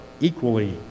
equally